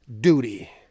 duty